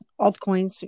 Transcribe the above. altcoins